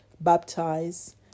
baptize